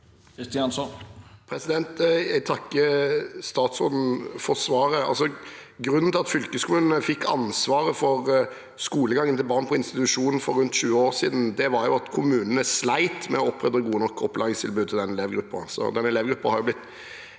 Kristjánsson (R) Jeg takker stats- råden for svaret. Grunnen til at fylkeskommunene fikk ansvaret for skolegangen til barn på institusjon for rundt 20 år siden, var at kommunene slet med å opprette gode nok opplæringstilbud til denne elevgruppen.